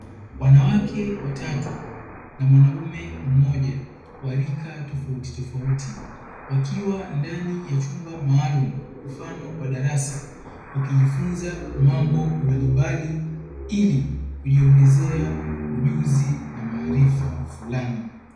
Wanawake watatu na mwanaume mmoja wa rika tofautitofauti, wakiwa ndani ya chumba maalumu mfano wa darasa, wakijifunza mambo mbalimbali ili kujiongezea ujuzi na maarifa fulani.